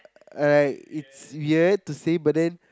I it's weird to say but then